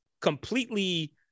completely